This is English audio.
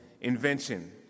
invention